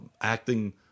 acting